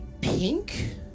pink